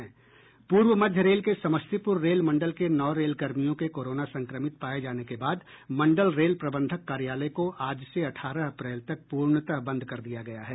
पूर्व मध्य रेल के समस्तीपुर रेल मंडल के नौ रेल कर्मियों के कोरोना संक्रमित पाये जाने के बाद मंडल रेल प्रबंधक कार्यालय को आज से अठारह अप्रैल तक पूर्णतः बंद कर दिया गया है